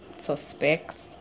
suspects